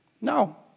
No